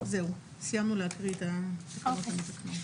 סיימנו להקריא את התקנות המתקנות.